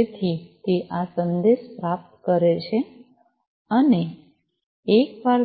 તેથી તે આ સંદેશ પ્રાપ્ત કરે છે અને એકવાર